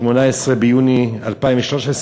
18 ביוני 2013,